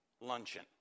luncheon